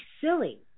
silly